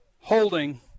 holding